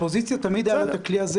לאופוזיציה תמיד היה הכלי הזה.